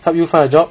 help you find a job